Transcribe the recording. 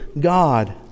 God